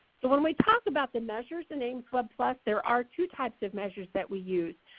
so when we talk about the measures in aimswebplus there are two types of measures that we use.